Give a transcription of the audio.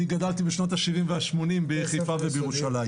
אני גדלתי בשנות ה-70-80 בחיפה ובירושלים,